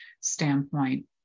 standpoint